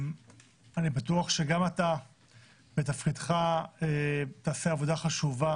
אני בטוח שגם אתה בתפקידך תעשה עבודה חשובה